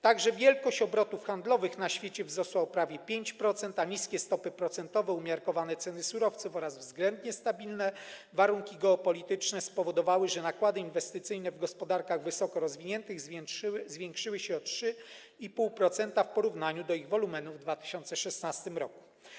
Także wielkość obrotów handlowych na świecie wzrosła o prawie 5%, a niskie stopy procentowe, umiarkowane ceny surowców oraz względnie stabilne warunki geopolityczne spowodowały, że nakłady inwestycyjne w gospodarkach wysoko rozwiniętych zwiększyły się o 3,5% w porównaniu do ich wolumenu w 2016 r.